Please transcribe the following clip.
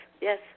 Yes